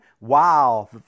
wow